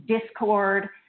discord